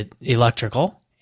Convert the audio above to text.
electrical